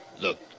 Look